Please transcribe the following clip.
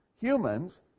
Humans